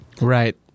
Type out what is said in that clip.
Right